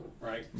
right